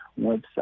website